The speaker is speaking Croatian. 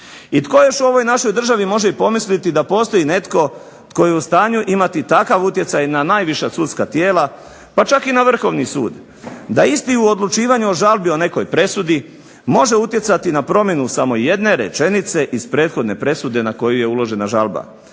I tko još u ovoj našoj državi može i pomisliti da postoji netko tko je u stanju imati takav utjecaj na najviše sudska tijela, pa čak i na Vrhovni sud, da isti u odlučivanju o žalbi o nekoj presudi može utjecati na promjenu samo jedne rečenice iz prethodne presude na koju je uložena žalba,